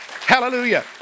Hallelujah